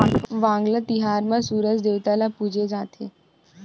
वांगला तिहार म सूरज देवता ल पूजे जाथे